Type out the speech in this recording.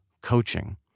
coaching